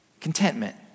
contentment